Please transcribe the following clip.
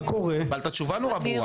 קיבלת תשובה נורא ברורה.